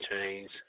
change